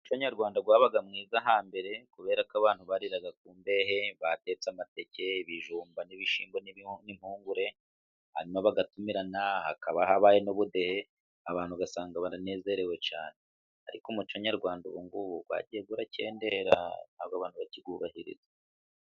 Umuco nyarwanda wabaga mwiza hambere, kubera ko abantu bariraga ku mbehe batetse amateke, ibijumba, n'ibishyimbo n'impungure, hanyuma bagatumirana hakaba habaye n'ubudehe, abantu ugasanga baranezerewe cyane. Ariko umuco nyarwanda ubu ngubu wagiye urakendera ntabwo abantu bakiwubahiriza.